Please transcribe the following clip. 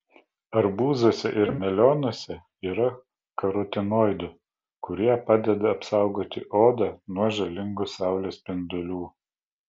arbūzuose ir melionuose yra karotinoidų kurie padeda apsaugoti odą nuo žalingų saulės spindulių